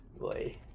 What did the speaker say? Boy